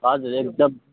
हजुर एकदम